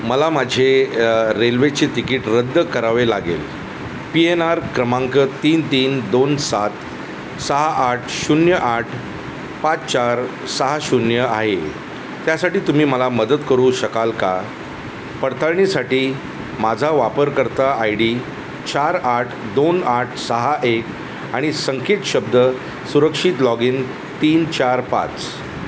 मला माझे रेल्वेचे तिकीट रद्द करावे लागेल पी एन आर क्रमांक तीन तीन दोन सात सहा आठ शून्य आठ पाच चार सहा शून्य आहे त्यासाठी तुम्ही मला मदत करू शकाल का पडताळणीसाठी माझा वापरकर्ता आय डी चार आठ दोन आठ सहा एक आणि संकेत शब्द सुरक्षित लॉग इन तीन चार पाच